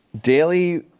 Daily